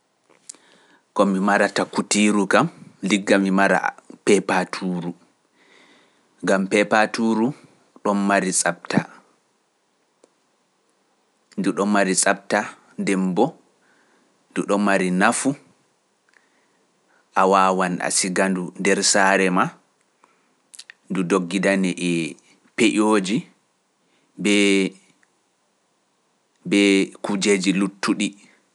Komi marata kutiru kam ligga mi mara peepatuuru. Gam peepatuuru ɗon mari sapta. Ndu ɗon mari sapta, nden mbo, ndu ɗon mari nafu, a wawan a sigandu nder saare ma, ndu doggidani e peƴooji, be kujeeji luttuɗi.